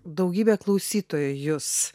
daugybė klausytojų jus